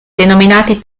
denominati